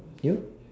you